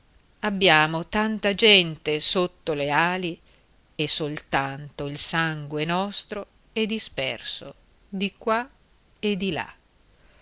abbiamo tanta gente sotto le ali e soltanto il sangue nostro è disperso di qua e di là